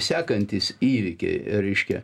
sekantys įvykiai reiškia